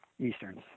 Easterns